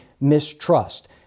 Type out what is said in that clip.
mistrust